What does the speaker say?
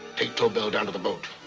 take tobel down to the boat.